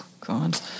God